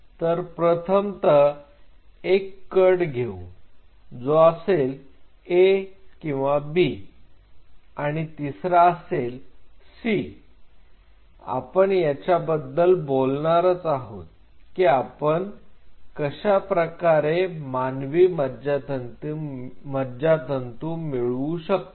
तर प्रथमतः एक कट घेऊ तो असेल A किंवा B आणि तिसरा असेल c आपण याच्या बद्दल बोलणारच आहोत की आपण कशाप्रकारे मानवी मज्जतंतू मिळवू शकतो